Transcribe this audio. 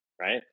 right